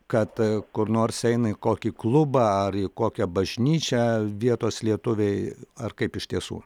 kad kur nors eina į kokį klubą ar į kokią bažnyčią vietos lietuviai ar kaip iš tiesų